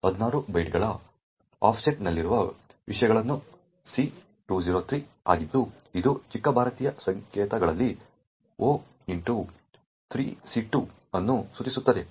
16 ಬೈಟ್ಗಳ ಆಫ್ಸೆಟ್ನಲ್ಲಿರುವ ವಿಷಯಗಳು c203 ಆಗಿದ್ದು ಇದು ಚಿಕ್ಕ ಭಾರತೀಯ ಸಂಕೇತಗಳಲ್ಲಿ 0x3c2 ಅನ್ನು ಸೂಚಿಸುತ್ತದೆ